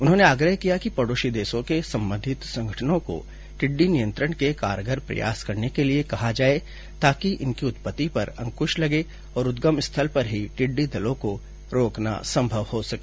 उन्होंने आग्रह किया है कि पड़ौसी देशों के संबंधित संगठनों को टिड्डी नियंत्रण के कारगर प्रयास करने के लिए कहा जाए ताकि इनकी उत्पत्ति पर अंकुश लगे और उद्गम स्थल पर ही टिड्डी दलों को रोकना संभव हो सके